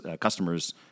customers